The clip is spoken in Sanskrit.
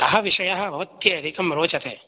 कः विषयः भवत्यै अधिकं रोचते